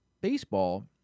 baseball